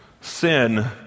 Sin